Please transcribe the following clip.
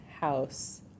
house